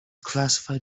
classified